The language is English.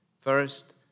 First